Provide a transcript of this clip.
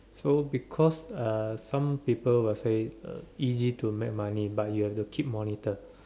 so because uh some people will say uh easy to make money but you have to keep monitor